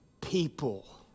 people